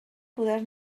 poder